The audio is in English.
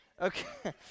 Okay